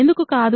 ఎందుకు కాదు